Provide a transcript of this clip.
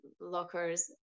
lockers